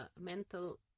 mental